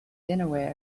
dinnerware